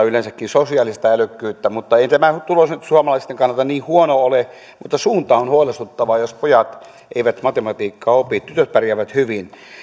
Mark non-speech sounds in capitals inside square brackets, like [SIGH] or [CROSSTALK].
[UNINTELLIGIBLE] yleensäkin sosiaalista älykkyyttä mutta ei tämä tulos nyt suomalaisten kannalta niin huono ole mutta suunta on huolestuttava jos pojat eivät matematiikkaa opi tytöt pärjäävät hyvin tämä